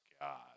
God